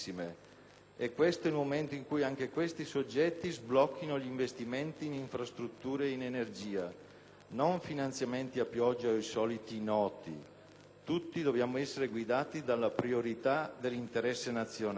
È questo il momento in cui anche tali soggetti sblocchino gli investimenti in infrastrutture ed energia. Non finanziamenti a pioggia o ai soliti noti; tutti dobbiamo essere guidati dalla priorità dell'interesse nazionale